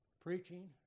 preaching